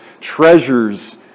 treasures